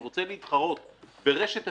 רוצה להתחרות ברשת השיווק,